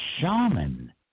shaman